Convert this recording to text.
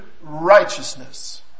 righteousness